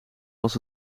als